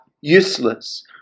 useless